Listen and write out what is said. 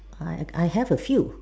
I I have a few